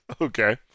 okay